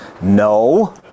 No